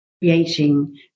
creating